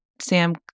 Sam